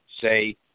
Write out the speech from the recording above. say